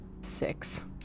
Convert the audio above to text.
Six